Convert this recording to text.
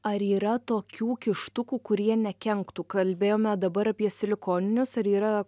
ar yra tokių kištukų kurie nekenktų kalbėjome dabar apie silikoninius ar yra